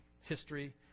history